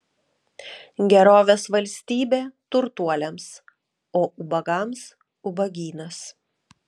gerovės valstybė turtuoliams o ubagams ubagynas